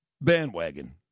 bandwagon